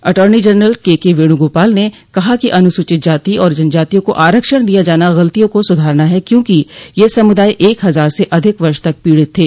attorney general KK Venugopal ने कहा कि अनुसूचित जाति और जनजातियों को आरक्षण दिया जाना गलतियों को सुधारना है क्योंकि ये समूदाय एक हजार से अधिक वर्ष तक पीड़ित थे